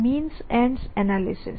means ends analysis